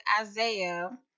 Isaiah